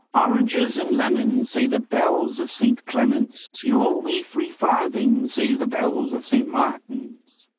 oranges and lemons say the bells of st. clement's, you owe me three farthings say the bells of st. martin's